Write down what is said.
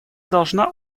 должна